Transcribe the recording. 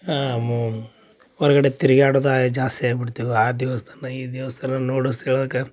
ಹಾಂ ಮು ಹೊರಗಡೆ ತಿರ್ಗ್ಯಾಡೋದ ಜಾಸ್ತಿ ಆಗ್ಬಿಡ್ತು ಆ ದಿವ್ಸ್ದಿಂದ ಈ ದಿವಸರ ನೋಡು ಸ್ಥಳಕ್ಕ